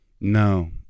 No